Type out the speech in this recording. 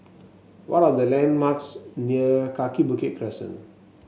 what are the landmarks near Kaki Bukit Crescent